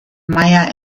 meyer